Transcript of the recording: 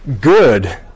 good